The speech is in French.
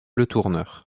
letourneur